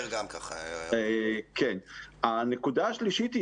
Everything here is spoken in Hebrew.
הנקודה השלישית,